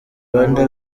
rwanda